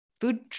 food